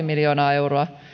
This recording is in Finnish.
miljoonaa euroa